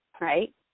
right